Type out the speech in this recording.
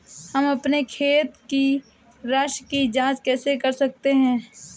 हम अपने खाते की राशि की जाँच कैसे कर सकते हैं?